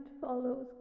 follows